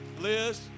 Liz